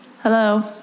Hello